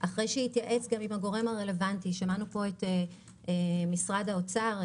אחרי שהתייעץ גם עם הגורם הרלוונטי שמענו פה את משרד האוצר,